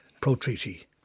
pro-treaty